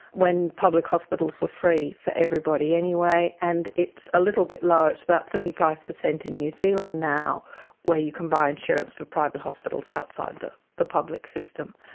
when public hospitals were free for everybody anyway, and it's a little bit lower, it's about thirty five percent in new zealand now where you can buy insurance for private hospitals outside the the public system.